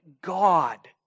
God